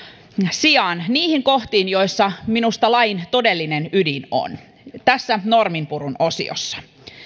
sijaan niihin kohtiin joissa minusta lain todellinen ydin on tässä norminpurun osiossa